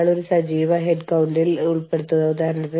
നിങ്ങളുടെ ജീവനക്കാരെ നിങ്ങൾ പോകാൻ അനുവദിക്കണം